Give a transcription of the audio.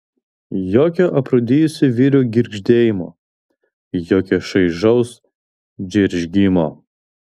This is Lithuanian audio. jokio aprūdijusių vyrių girgždėjimo jokio šaižaus džeržgimo